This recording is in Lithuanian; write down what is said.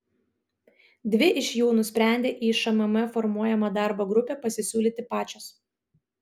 dvi iš jų nusprendė į šmm formuojamą darbo grupę pasisiūlyti pačios